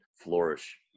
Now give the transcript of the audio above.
flourish